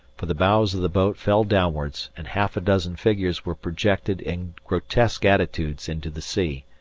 for the bows of the boat fell downwards and half a dozen figures were projected in grotesque attitudes into the sea.